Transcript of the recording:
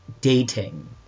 dating